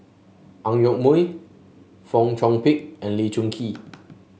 Ang Yoke Mooi Fong Chong Pik and Lee Choon Kee